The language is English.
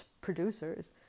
producers